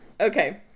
Okay